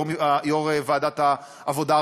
יו"ר ועדת העבודה,